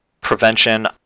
prevention